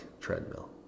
treadmill